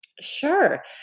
Sure